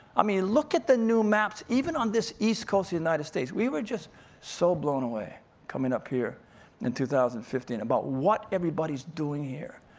i mean, look at the new maps, even on this east coast united states. we were just so blown away coming up here in two thousand and fifteen, about what everybody's doing here.